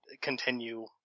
continue